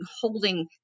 holding